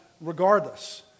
regardless